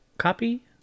Copy